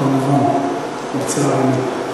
כמובן, לצערנו.